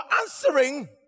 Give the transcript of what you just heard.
answering